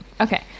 Okay